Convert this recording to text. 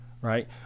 Right